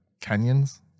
canyons